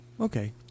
okay